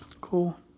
Cool